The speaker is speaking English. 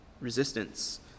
resistance